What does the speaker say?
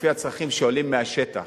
לפי הצרכים שעולים מהשטח.